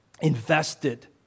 invested